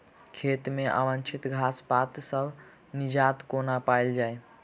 खेत मे अवांछित घास पात सऽ निजात कोना पाइल जाइ?